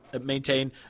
maintain